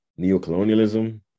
neocolonialism